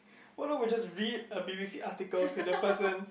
what not we just read a b_b_c article to the person